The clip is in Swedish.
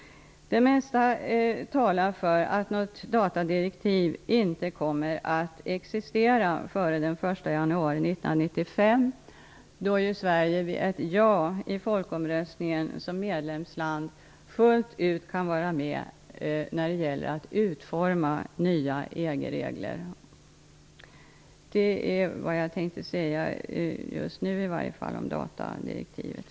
Det mesta talar för att något datadirektiv inte kommer att existera före den 1 januari 1995. Vid ett ja till EU vid folkomröstningen kan Sverige som medlemsland vara med fullt ut när det gäller att utforma nya EG-regler. Detta var vad jag nu ville säga om datadirektivet.